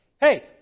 Hey